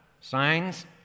Signs